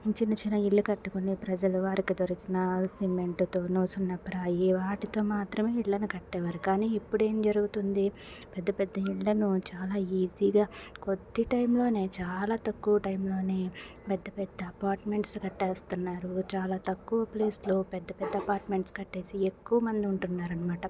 చిన్న చిన్న ఇల్లు కట్టుకొని ప్రజలు వారికి దొరికిన సిమెంట్తోను సున్నపు రాయి వాటితో మాత్రమే ఇళ్లను కట్టేవారు కానీ ఇప్పుడేం జరుగుతుంది పెద్దపెద్ద ఇళ్లను చాలా ఈజీగా కొద్ది టైంలోనే చాలా తక్కువ టైంలోనే పెద్దపెద్ద అపార్ట్మెంట్స్ కట్టేస్తున్నారు చాలా తక్కువ ప్లేస్లో పెద్ద పెద్ద అపార్ట్మెంట్స్ కట్టేసి ఎక్కువమంది ఉంటున్నారు అనమాట